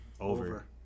Over